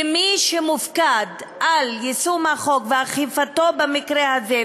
ומי שמופקד על יישום החוק ואכיפתו במקרה הזה,